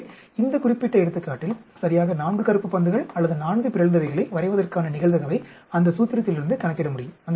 எனவே இந்த குறிப்பிட்ட எடுத்துக்காட்டில் சரியாக 4 கருப்பு பந்துகள் அல்லது 4 பிறழ்ந்தவைகளை வரைவதற்கான நிகழ்தகவை அந்த சூத்திரத்திலிருந்து கணக்கிட முடியும்